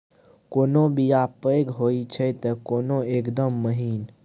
कोनो बीया पैघ होई छै तए कोनो एकदम महीन